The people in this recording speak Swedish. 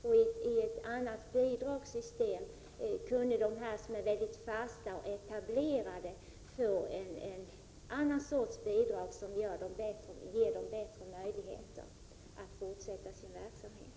I ett annat bidragssystem kunde de fasta och etablerade grupperna få ett bidrag som skulle ge dem bättre möjligheter att fortsätta sin verksamhet.